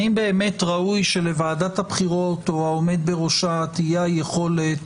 האם באמת ראוי שלוועדת הבחירות או לעומד בראשה תהיה היכולת